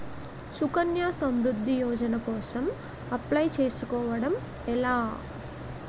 సుకన్య సమృద్ధి యోజన కోసం అప్లయ్ చేసుకోవడం ఎలా?